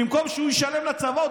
במקום שהוא ישלם לצבא,